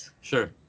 Sure